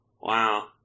Wow